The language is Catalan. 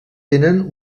tenen